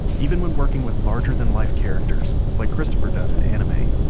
even when working with larger than life characters like christopher does in anime,